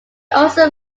also